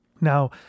Now